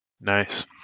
Nice